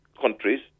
countries